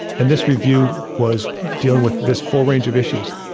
and this review was dealing with this full range of issues.